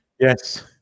Yes